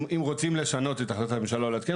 אם רוצים לשנות את החלטת הממשלה או לעדכן